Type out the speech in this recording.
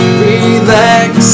relax